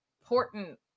important